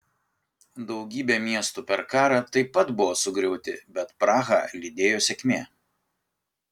daugybė miestų per karą taip pat buvo sugriauti bet prahą lydėjo sėkmė